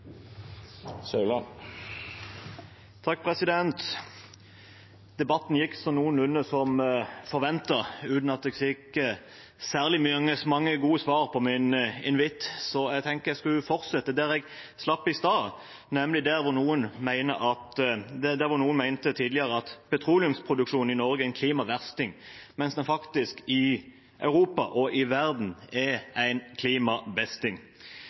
Debatten gikk noenlunde som forventet, uten at jeg fikk særlig mange gode svar på min invitt, så jeg tenkte jeg skulle fortsette der jeg slapp i stad, nemlig der noen mente at petroleumsproduksjonen i Norge er en klimaversting, mens den faktisk i Europa og i verden er en klimabesting.